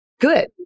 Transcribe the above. Good